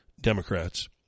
Democrats